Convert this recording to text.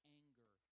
anger